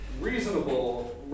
reasonable